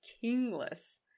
kingless